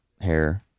hair